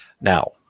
Now